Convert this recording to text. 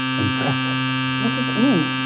impressive what does it mean?